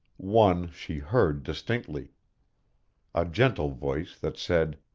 one she heard distinctly a gentle voice that said,